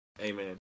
Amen